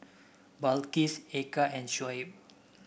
Balqis Eka and Shoaib